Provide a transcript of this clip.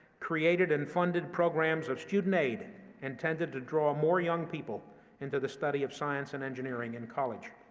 created and funded programs of student aid intended to draw more young people into the study of science and engineering in college.